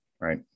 right